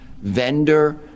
vendor